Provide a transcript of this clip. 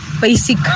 basic